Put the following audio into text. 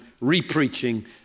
re-preaching